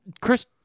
Chris